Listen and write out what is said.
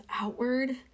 outward